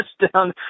touchdown